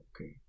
okay